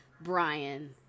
Brian